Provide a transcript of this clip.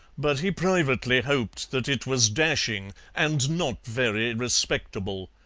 but he privately hoped that it was dashing and not very respectable.